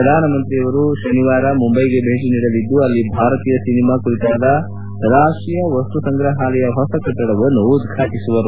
ಪ್ರಧಾನಮಂತ್ರಿ ಶನಿವಾರ ಮುಂಬೈಗೆ ಭೇಟಿ ನೀಡಲಿದ್ದು ಅಲ್ಲಿ ಭಾರತೀಯ ಸಿನಿಮಾ ಕುರಿತಾದ ರಾಷ್ಟ್ರೀಯ ವಸ್ತುಸಂಗ್ರಹಾಲಯದ ಹೊಸ ಕಟ್ಟಡವನ್ನು ಉದ್ಪಾಟಿಸುವರು